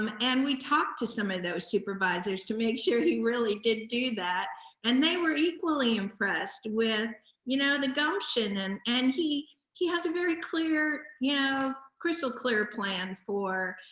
um and we talked to some of those supervisors to make sure he really did do that and they were equally impressed with you know the gumption and and he he has a very clear, you know crystal clear plan for